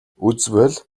үзвэл